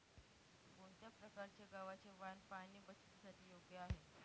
कोणत्या प्रकारचे गव्हाचे वाण पाणी बचतीसाठी योग्य आहे?